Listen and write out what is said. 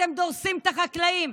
אתם דורסים את החקלאים,